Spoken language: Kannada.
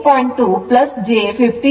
2 j 15